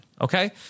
okay